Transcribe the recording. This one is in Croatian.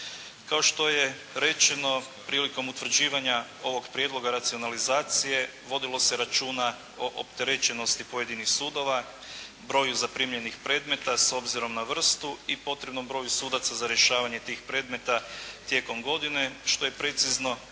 Kao što je rečeno, prilikom utvrđivanja ovog prijedloga racionalizacije, vodilo se računa o opterećenosti pojedinih sudova, broj zaprimljenih predmeta s obzirom na vrstu i potrebnom broju sudaca za rješavanje tih predmeta tijekom godine što je precizno